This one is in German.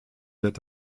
wird